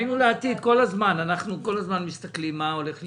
אנחנו כל הזמן מסתכלים מה הולך להיות.